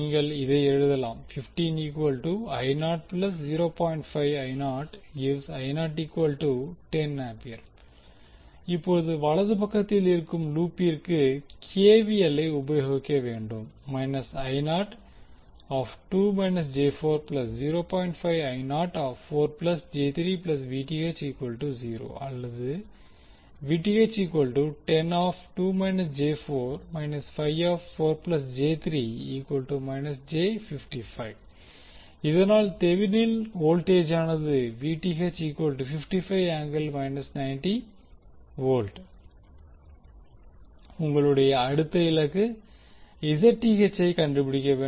நீங்கள் இதை எழுதலாம் இப்போது வலது பக்கத்தில் இருக்கும் லூப்பிற்கு கே வி எல் ஐ உபயோகிக்க வேண்டும் அல்லது இதனால் தெவினின் வோல்டேஜானது உங்களுடைய அடுத்த இலக்கு Zth ஐ கண்டுபிடிக்க வேண்டும்